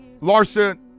Larson